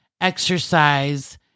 exercise